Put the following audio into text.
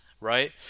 right